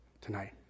tonight